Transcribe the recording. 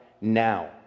now